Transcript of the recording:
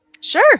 sure